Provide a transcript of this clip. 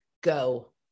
go